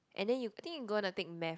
and then you think you gonna take math